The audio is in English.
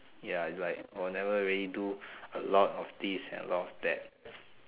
ya its like I'll never really do a lot of this and a lot of that